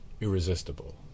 irresistible